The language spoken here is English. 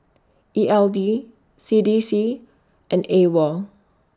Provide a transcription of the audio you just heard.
E L D C D C and AWOL